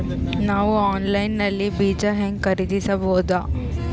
ನಾವು ಆನ್ಲೈನ್ ನಲ್ಲಿ ಬೀಜ ಹೆಂಗ ಖರೀದಿಸಬೋದ?